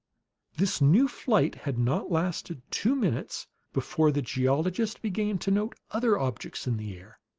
this new flight had not lasted two minutes before the geologist began to note other objects in the air.